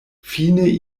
fine